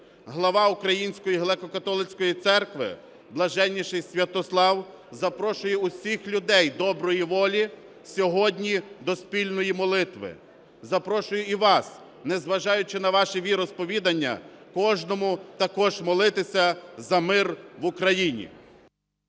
Глава Української Греко-Католицької Церкви Блаженніший Святослав запрошує усіх людей доброї волі сьогодні до спільної молитви. Запрошую і вас, незважаючи на ваші віросповідання, кожному також молитися за мир в Україні.